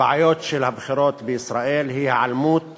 הבעיות של הבחירות בישראל היא היעלמות